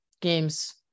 games